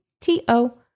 T-O